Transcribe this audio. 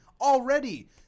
already